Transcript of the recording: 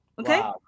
Okay